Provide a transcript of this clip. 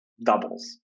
doubles